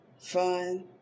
fun